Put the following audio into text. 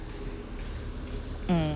mm